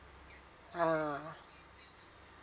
ah